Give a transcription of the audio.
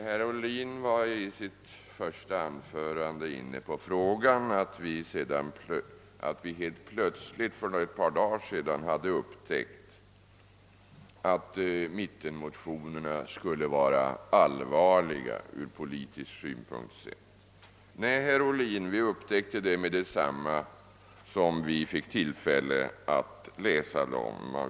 Herr Ohlin var i sitt första anförande inne på frågan att vi helt plötsligt för ett par dagar sedan hade upptäckt att mittenmotionerna skulle vara allvarliga ur politisk synpunkt. Nej, herr Ohlin, vi upptäckte det med detsamma som vi fick tillfälle att läsa dem.